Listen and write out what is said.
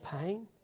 pain